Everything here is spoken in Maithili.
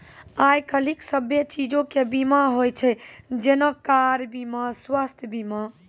आइ काल्हि सभ्भे चीजो के बीमा होय छै जेना कार बीमा, स्वास्थ्य बीमा